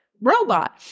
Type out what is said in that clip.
robot